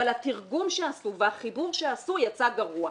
אבל התרגום שעשו והחיבור שעשו יצא גרוע.